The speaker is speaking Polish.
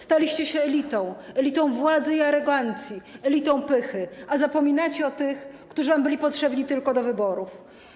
Staliście się elitą, elitą władzy i arogancji, elitą pychy, a zapominacie o tych, którzy wam byli potrzebni tylko do wyborów.